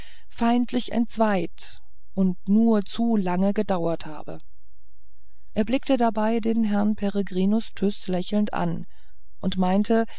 feindlich entzweit und nur zu lange gedauert habe er blickte dabei den herrn peregrinus tyß lächelnd an und meinte